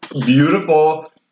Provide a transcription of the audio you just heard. beautiful